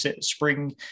spring